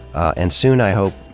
and, soon i hope,